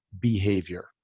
behavior